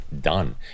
done